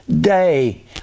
day